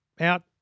out-